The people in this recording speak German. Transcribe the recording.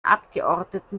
abgeordneten